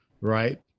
Right